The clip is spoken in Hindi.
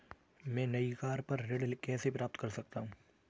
मैं नई कार पर ऋण कैसे प्राप्त कर सकता हूँ?